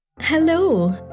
hello